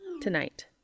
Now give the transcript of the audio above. Tonight